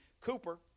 Cooper